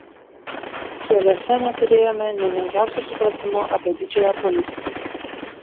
kieliuose neturėjome nė menkiausio supratimo apie didžiąją politiką